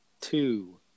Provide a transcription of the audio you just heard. two